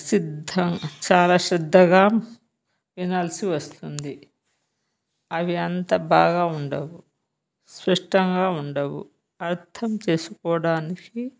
చాలా శ్రద్ధగా వినాల్సి వస్తుంది అవి అంత బాగా ఉండవు స్పష్టంగా ఉండవు అర్థం చేసుకోవడానికి